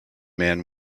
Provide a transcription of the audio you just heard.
man